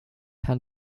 herrn